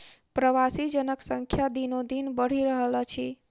प्रवासी जनक संख्या दिनोदिन बढ़ि रहल अछि